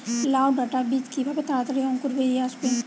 লাউ ডাটা বীজ কিভাবে তাড়াতাড়ি অঙ্কুর বেরিয়ে আসবে?